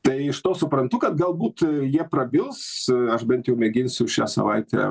tai iš to suprantu kad galbūt jie prabils aš bent jau mėginsiu šią savaitę